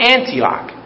Antioch